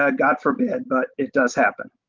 ah god forbid but it does happen.